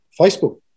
Facebook